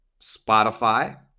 Spotify